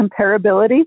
comparability